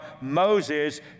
Moses